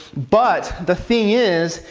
but the thing is,